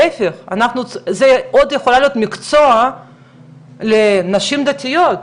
זה יכול להיות עוד מקצוע לנשים דתיות.